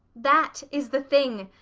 that is the thing!